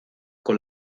con